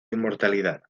inmortalidad